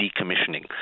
decommissioning